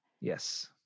Yes